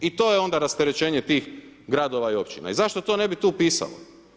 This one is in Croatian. I to je onda rasterećenje tih gradova i općina i zašto to ne bi tu pisalo.